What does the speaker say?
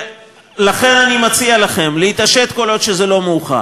לכן אני מציע לכם להתעשת כל עוד לא מאוחר,